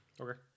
Okay